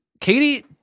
Katie